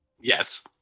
Yes